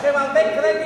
חבר הכנסת פרץ, פעם שנייה.